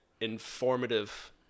informative